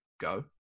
go